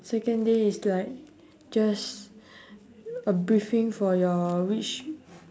second day is like just a briefing for your which